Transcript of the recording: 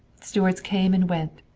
stewards came and went.